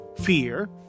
fear